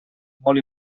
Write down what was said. molt